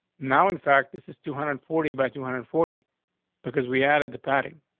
now, in fact, this is two hundred and forty by two hundred and forty because we added the padding.